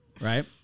Right